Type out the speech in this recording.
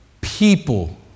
people